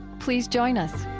please join us